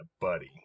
buddy